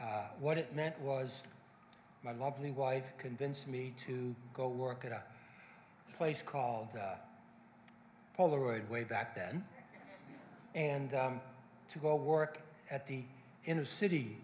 what it meant was my lovely wife convinced me to go work at a place called polaroid way back then and to go work at the inner city